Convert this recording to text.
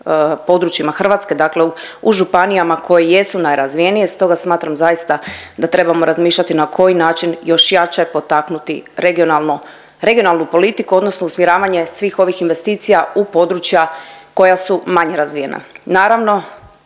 područjima Hrvatske, dakle u županijama koje jesu najrazvijenije, stoga smatram zaista da trebamo razmišljati na koji način još jače potaknuti regionalnu politiku odnosno usmjeravanje svih ovih investicija u područja koja su manje razvijena.